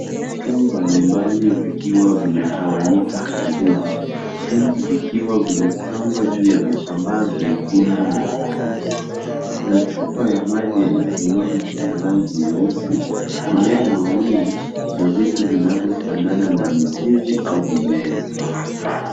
Vitu mbalimbali vikiwa vimetawanyika ardhini vingi vikiwa vimepangwa juu ya vitambaa vyekundu na vyeusi. Kuna chupa ya maji yenye kinywaji chenye rangi nyeusi, mayai mawili na vitu vinavyofanana na mizizi au mimea.